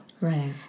Right